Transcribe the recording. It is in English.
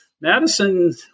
Madison